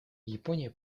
япония